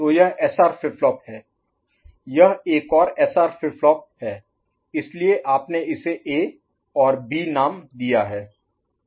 तो यह SR flip flop है यह एक और एसआर फ्लिप फ्लॉप है इसलिए आपने इसे ए और बी नाम दिया है